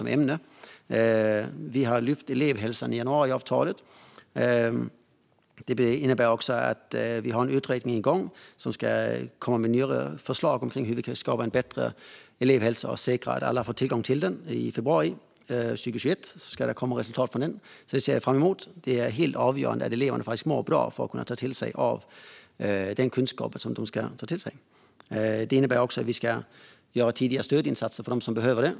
I januariavtalet har elevhälsan lyfts fram. Det innebär också att det finns en utredning igång som ska lägga fram nya förslag om hur vi kan skapa en bättre elevhälsa och säkra att alla får tillgång till den. I februari 2021 ska utredningen läggas fram, och det ser jag fram emot. Det är helt avgörande att eleverna mår bra så att de kan ta till sig av kunskap. Detta innebär också att vi ska ge tidiga stödinsatser för dem som behöver det.